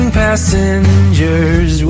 passengers